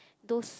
those